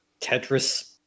Tetris